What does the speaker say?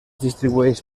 distribueix